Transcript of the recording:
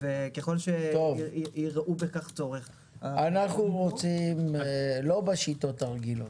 ככל שיראו בכך צורך- -- אנחנו רוצים לא בשיטות הרגילות.